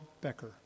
Becker